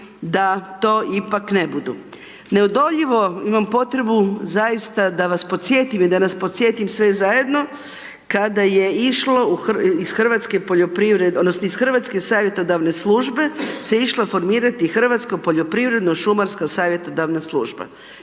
da to ipak ne budu. Neodoljivo imam potrebu zaista da vas podsjetim i da nas podsjetim sve zajedno kada je išlo iz Hrvatske savjetodavne službe se išlo formirati Hrvatsko poljoprivredno šumarska savjetodavna služba.